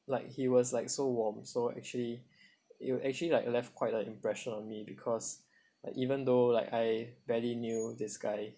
like he was like so warm so actually you actually like left quite a impression on me because like even though like I barely knew this guy